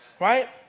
Right